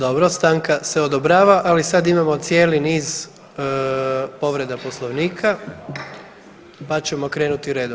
Dobro, stanka se odobrava, ali sada imamo cijeli niz povreda poslovnika pa ćemo krenuti redom.